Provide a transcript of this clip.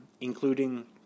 including